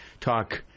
talk